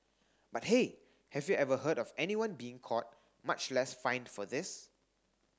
but hey have you ever heard of anyone being caught much less fined for this